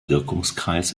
wirkungskreis